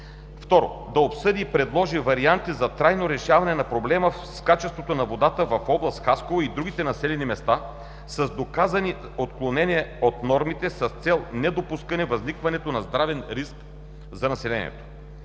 2. Да обсъди и предложи варианти за трайно решаване на проблема с качеството на питейната вода в област Хасково и другите населени места с доказани отклонения от нормите, с цел недопускане възникване на здравен риск за населението.